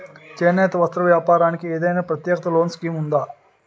చేనేత వస్త్ర వ్యాపారానికి ఏదైనా ప్రత్యేక లోన్ స్కీం ఉందా?